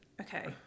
okay